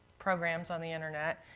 programs on the internet.